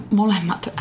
molemmat